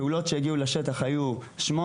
פעולות שהגיעו לשטח היו 8,